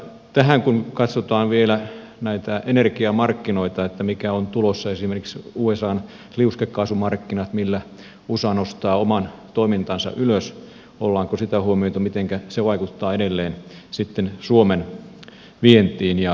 tähän kun katsotaan vielä näitä energiamarkkinoita mitä on tulossa esimerkiksi usan liuskekaasumarkkinat millä usa nostaa oman toimintansa ylös ollaanko sitä huomioitu mitenkään se vaikuttaa edelleen sitten suomen vientiin ja toimintaan